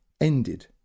ended